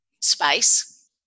space